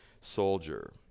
soldier